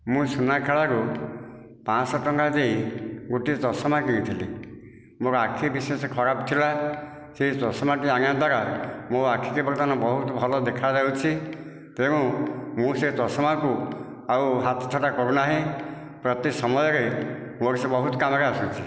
ମୁଁ ସୁନାଖେଳାରୁ ପାଞ୍ଚଶହ ଟଙ୍କା ଦେଇ ଗୋଟିଏ ଚଷମା କିଣିଥିଲି ମୋର ଆଖି ବିଶେଷ ଖରାପ ଥିଲା ସେହି ଚଷାମାଟି ଆଣିବା ଦ୍ୱାରା ମୋ ଆଖିକି ବର୍ତ୍ତମାନ ବହୁତ ଭଲ ଦେଖାଯାଉଛି ତେଣୁ ମୁଁ ସେ ଚଷମାକୁ ଆଉ ହାତଛଡ଼ା କରୁନାହିଁ ପ୍ରତି ସମୟରେ ମୋର ସେ ବହୁତ କାମରେ ଆସୁଛି